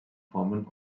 formen